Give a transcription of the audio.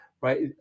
right